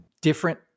different